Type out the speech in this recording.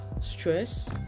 stress